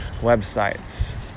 websites